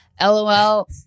LOL